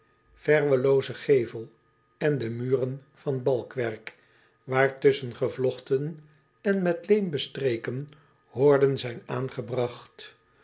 verweloozen gevel en de muren van balkwerk waartusschen gevlochten en met leem bestreken horden zijn aangebragt